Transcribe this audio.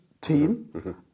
team